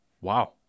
Wow